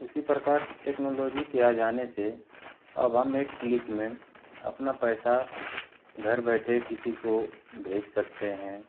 उसी प्रकार टेक्नालोजी के आ जाने से अब हम एक क्लिक मे अपना पैसा घर बैठे किसी को भेज सकते हैं